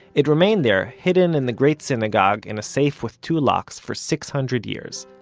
it remained there hidden in the great synagogue in a safe with two locks for six hundred years.